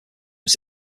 was